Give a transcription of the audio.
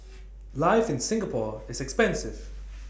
life in Singapore is expensive